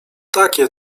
takie